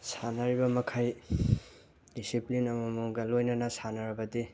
ꯁꯥꯟꯅꯔꯤꯕꯃꯈꯩ discipline ꯑꯃꯃꯝꯒ ꯂꯣꯏꯅꯅ ꯁꯥꯟꯅꯔꯕꯗꯤ